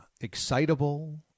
excitable